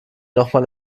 nochmal